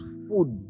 food